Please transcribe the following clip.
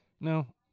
no